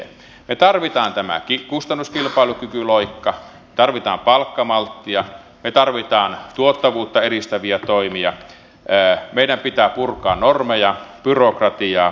me tarvitsemme tämän kustannuskilpailukykyloikan tarvitsemme palkkamalttia me tarvitsemme tuottavuutta edistäviä toimia meidän pitää purkaa normeja byrokratiaa